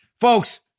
folks